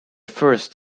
first